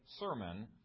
sermon